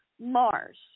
Mars